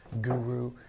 guru